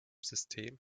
system